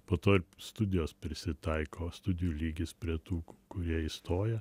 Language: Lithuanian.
po to studijos prisitaiko studijų lygis prie tų kurie įstoja